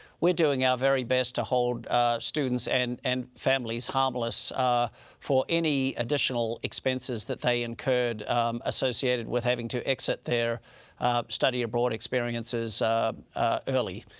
we're doing our very best to hold students and and families harmless for any additional expenses that they incurred associated with having to exit their study abroad experiences early.